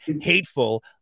hateful